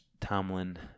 Tomlin